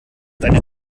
eine